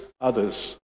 others